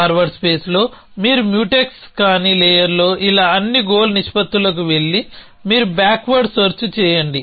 forward స్పేస్లో మీరు mutex కాని లేయర్లో ఇలా అన్ని గోల్ నిష్పత్తులకు వెళ్లి మీరు బ్యాక్వర్డ్ సెర్చ్ చేయండి